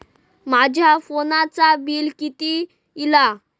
माझ्या फोनचा बिल किती इला?